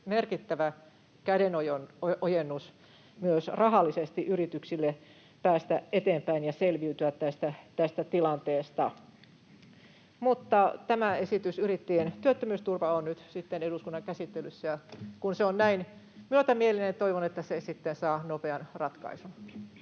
merkittävä kädenojennus myös rahallisesti yrityksille päästä eteenpäin ja selviytyä tästä tilanteesta. Mutta tämä esitys, yrittäjien työttömyysturva, on nyt sitten eduskunnan käsittelyssä, ja kun se on näin myötämielinen, toivon, että se saa nopean ratkaisun.